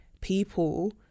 people